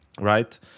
Right